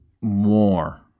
more